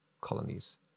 colonies